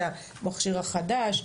זה המכשיר החדש,